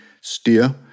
steer